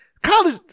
College